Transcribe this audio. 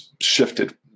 shifted